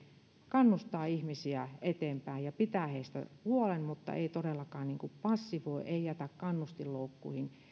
kannustaa ihmisiä eteenpäin ja pitää heistä huolen mutta ei todellakaan passivoi ei jätä kannustinloukkuihin